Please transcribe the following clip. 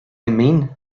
mean